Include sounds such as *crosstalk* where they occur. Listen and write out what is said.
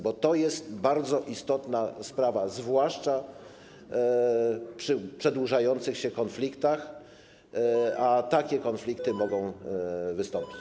Bo to jest bardzo istotna sprawa, zwłaszcza przy przedłużających się konfliktach, *noise* a takie konflikty mogą wystąpić.